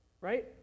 right